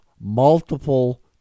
multiple